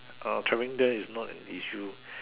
uh travelling there is not an issue